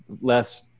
less